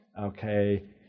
okay